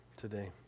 today